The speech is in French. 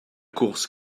course